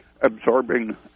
absorbing